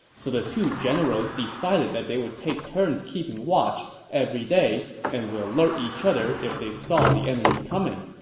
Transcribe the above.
so the two generals decided that they would take turns keeping watch each day and would alert each other if they saw the enemy coming